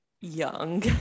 young